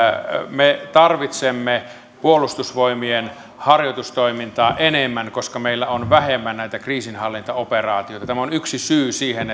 me tarvitsemme puolustusvoimien harjoitustoimintaa enemmän koska meillä on vähemmän näitä kriisinhallintaoperaatioita tämä on yksi syy siihen